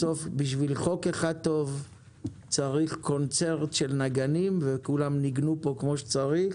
בסוף בשביל חוק אחד טוב צריך קונצרט של נגנים וכולם ניגנו כאן כמו שצריך